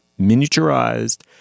miniaturized